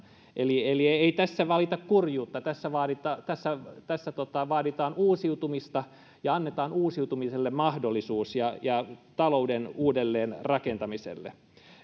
eli eli ei tässä valita kurjuutta tässä tässä vaaditaan uusiutumista ja annetaan uusiutumiselle ja ja talouden uudelleen rakentamiselle mahdollisuus